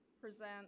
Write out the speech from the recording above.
present